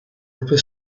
upper